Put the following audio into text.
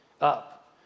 up